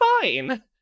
fine